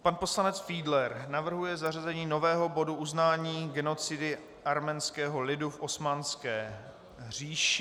Pan poslanec Fiedler navrhuje zařazení nového bodu Uznání genocidy arménského lidu v Osmanské říši.